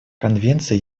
конвенция